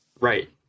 right